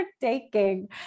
taking